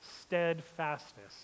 steadfastness